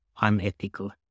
unethical